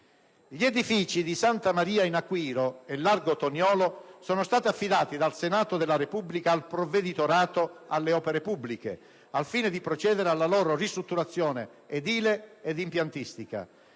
Gli edifici di Santa Maria in Aquiro e Largo Toniolo sono stati affidati dal Senato della Repubblica al Provveditorato alle opere pubbliche al fine di procedere alla loro ristrutturazione edile ed impiantistica.